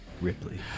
Ripley